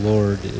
Lord